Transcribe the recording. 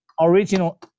original